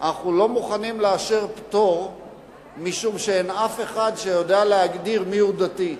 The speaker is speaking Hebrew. אנחנו לא מוכנים לאשר פטור משום שאין אף אחד שיודע להגדיר מיהו דתי,